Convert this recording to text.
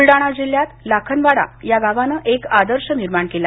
बुलडाणा जिल्ह्यात लाखनवाडा या गावाने एक आदर्श निर्माण केला